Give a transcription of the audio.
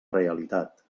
realitat